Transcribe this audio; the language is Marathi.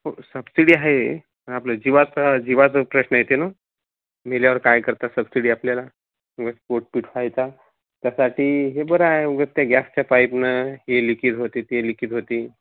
हो सबसिडी आहे आपलं जिवाचा जिवाचं प्रश्न येते न मेल्यावर काय करतात सबसिडी आपल्याला उगाच स्फोट पीठ व्हायचा त्यासाठी हे बरं आहे उगाच त्या गॅसच्या पाईपनं हे लिकीज होते ते लिकेज होते